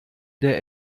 der